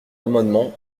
amendement